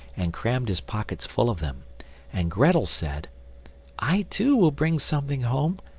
and crammed his pockets full of them and grettel said i too will bring something home,